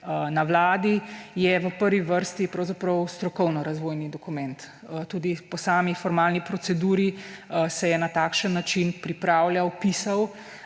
na Vladi, je v prvi vrsti pravzaprav strokovno-razvojni dokument. Tudi po sami formalni proceduri se je na takšen način pripravljal, pisal